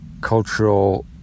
cultural